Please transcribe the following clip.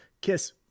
kiss